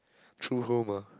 true home ah